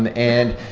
and and,